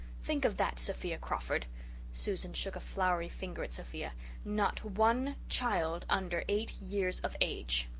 think of that, sophia crawford susan shook a floury finger at sophia not one child under eight years of age!